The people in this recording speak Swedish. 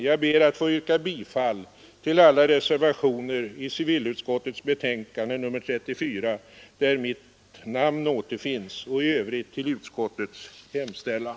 Jag ber att få yrka bifall till alla reservationer i civilutskottets betänkande nr 34 där mitt namn återfinns och i övrigt till utskottets hemställan.